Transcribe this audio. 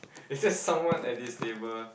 is there someone at this table